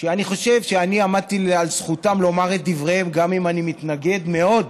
שאני חושב שאני עמדתי על זכותם לומר את דבריהם גם אם אני מתנגד מאוד